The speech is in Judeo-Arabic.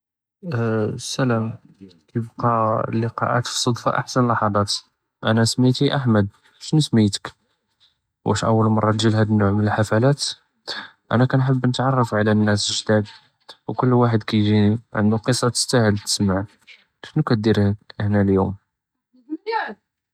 אלסלאם קאיבקי אלליקאאת אלסדפה אהסן אללחזאת. אַנאַ סמיתי אחמד, אשנו סמיתק? ואש אוול מרה תג'י להאדה אלנוא' מן אלחפלת? אַנאַ קאנחב נתערף על אלנאס אלג'דאד וכל ואחד קאייג'יני ענדו קוסה תסטאהל תתסמע. אשנו קאטדיר הינה אליומ?